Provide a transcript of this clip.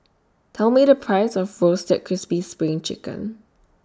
Tell Me The Price of Roasted Crispy SPRING Chicken